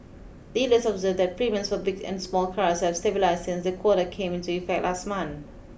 dealers observed that premiums for big and small cars have stabilised since the quota came into effect last month